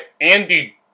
Andy